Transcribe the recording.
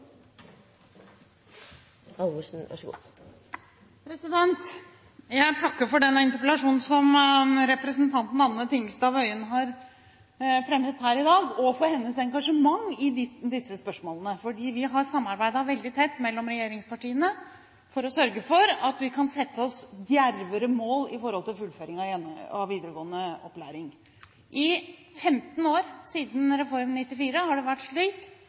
Jeg takker for denne interpellasjonen som representanten Anne Tingelstad Wøien har fremmet her i dag, og for hennes engasjement i disse spørsmålene. Vi har i regjeringspartiene samarbeidet tett for å sørge for at vi kan sette oss djervere mål om fullføring av videregående opplæring. I 15 år, siden Reform 94, har det vært slik